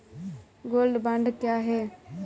Gold bond क्या है?